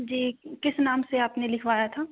जी किस नाम से आपने लिखवाया था